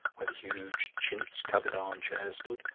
where the huge chintz-covered arm-chairs stood,